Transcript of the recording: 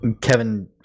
Kevin